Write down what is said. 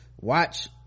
watch